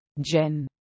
Jen